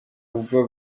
ubwo